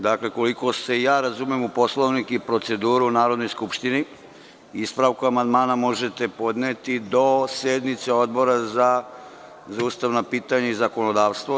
Dakle, koliko se ja razumem u Poslovnik i proceduru u Narodnoj skupštini, ispravku amandmana možete podneti do sednice Odbora za ustavna pitanja i zakonodavstvo.